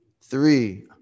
three